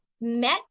met